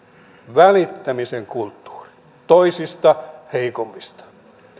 välittämisen kulttuuri toisista heikommista